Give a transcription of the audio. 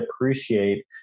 appreciate